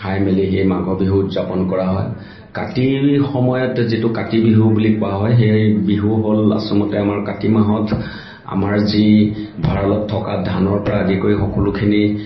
খাই মেলি সেই মাঘৰ বিহু উদযাপন কৰা হয় কাতিৰ সময়ত যিটো কাতি বিহু বুলি কোৱা হয় সেই বিহু হ'ল আচলতে আমাৰ কাতি মাহত আমাৰ যি ভঁৰালত থকা ধানৰ পৰা আদি কৰি সকলোখিনি